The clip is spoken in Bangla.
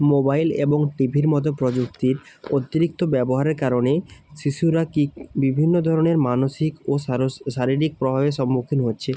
মোবাইল এবং টি ভির মতো প্রযুক্তির অতিরিক্ত ব্যবহারের কারণেই শিশুরা কি বিভিন্ন ধরনের মানসিক ও শারীরিক প্রভাবের সম্মুখীন হচ্ছে